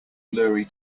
blurry